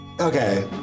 Okay